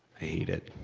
i hate it.